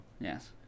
Yes